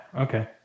Okay